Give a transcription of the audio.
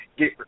get